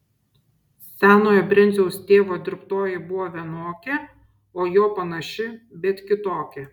senojo brenciaus tėvo dirbtoji buvo vienokia o jo panaši bet kitokia